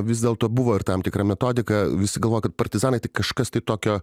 vis dėlto buvo ir tam tikra metodika visi galvoja kad partizanai tai kažkas tokio